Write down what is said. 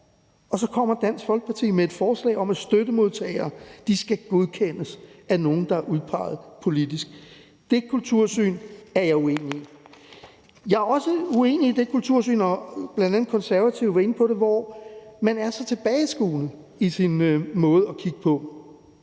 Og så kommer Dansk Folkeparti med et forslag om, at støttemodtagere skal godkendes af nogle, der er udpeget politisk. Det kultursyn er jeg uenig i. Jeg er også uenig i det kultursyn – bl.a. Konservative var inde på det – hvor man er så tilbageskuende i sin måde at kigge på